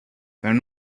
wenn